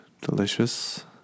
delicious